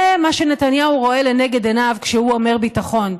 זה מה שנתניהו רואה לנגד עיניו כשהוא אומר ביטחון,